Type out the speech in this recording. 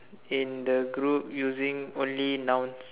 in the group using only nouns